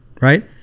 right